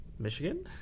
michigan